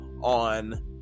on